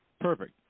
Perfect